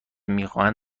میخواهند